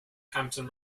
hampton